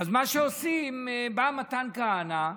אז מה שעושים, בא מתן כהנא,